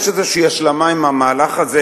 יש איזו השלמה עם המהלך הזה,